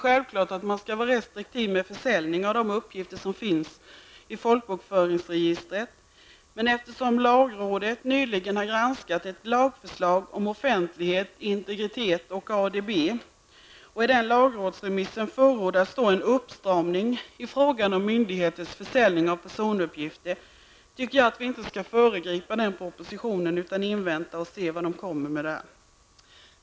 Självfallet skall man vara restriktiv med försäljning av de uppgifter som finns i folkbokföringsregistret, men eftersom lagrådet nyligen har granskat ett lagförslag om offentlighet, integritet och ADB och i lagrådsremissen förordar en uppstramning i frågan om myndigheters försäljning av personuppgifter, tycker jag inte att vi skall föregripa den propositionen utan invänta och se vad den innehåller.